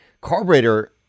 Carburetor